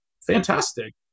fantastic